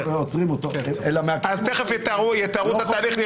תכף יתארו את התהליך.